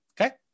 Okay